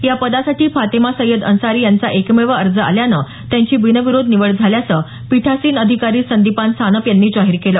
या पदासाठी फातेमा सय्यद अन्सारी यांचा एकमेव अर्ज आल्यानं त्यांची बिनविरोध निवड झाल्याचं पिठासीन अधिकारी संदीपान सानप यांनी जाहीर केलं